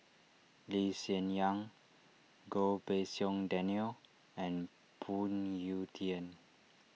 Lee Hsien Yang Goh Pei Siong Daniel and Phoon Yew Tien